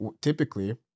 typically